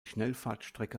schnellfahrstrecke